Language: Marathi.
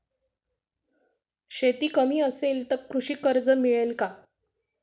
शेती कमी असेल तर कृषी कर्ज मिळेल का?